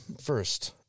First